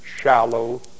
shallow